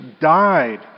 died